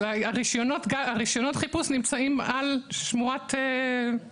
אבל רישיונות החיפוש נמצאים על שמורת גלישת פלמחים.